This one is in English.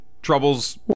Troubles